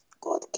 God